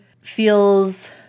feels